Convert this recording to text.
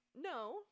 no